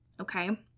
okay